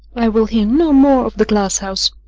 i will hear no more of the glass-house.